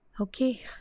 Okay